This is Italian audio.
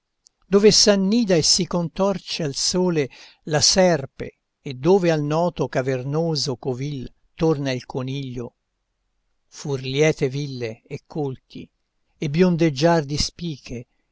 dove s'annida e si contorce al sole la serpe e dove al noto cavernoso covil torna il coniglio fur liete ville e colti e biondeggiàr di spiche